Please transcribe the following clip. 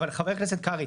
אבל חבר הכנסת קרעי,